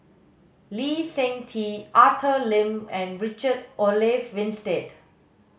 Lee Seng Tee Arthur Lim and Richard Olaf Winstedt